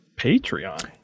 Patreon